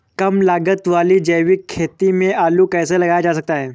कम लागत वाली जैविक खेती में आलू कैसे लगाया जा सकता है?